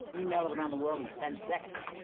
email it around the world in ten seconds.